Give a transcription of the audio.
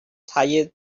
tire